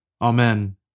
Amen